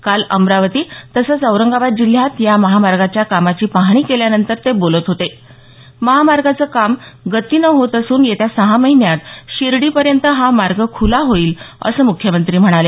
काल अमरावती तसंच औरंगाबाद जिल्ह्यात या महामार्गाच्या कामाची पाहणी केल्यानंतर ते बोलत होते महामार्गाचं कामं गतीनं होत असून येत्या सहा महिन्यात शिर्डीपर्यंत हा मार्ग खुला होईल असं मुख्यमंत्री म्हणाले